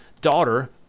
daughter